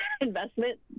investment